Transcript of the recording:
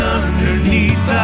underneath